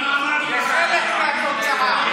זה חלק מהתוצאה,